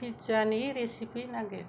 pizza नि recipe नागिर